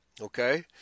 okay